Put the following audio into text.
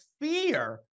fear